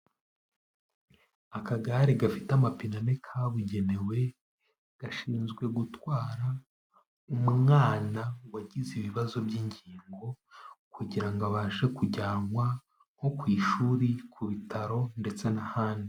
Akagare gafite amapine ane kabugenewe, gashinzwe gutwara umwana wagize ibibazo by'ingingo, kugira ngo abashe kujyanwa nko ku ishuri, ku bitaro ndetse n'ahandi.